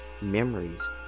memories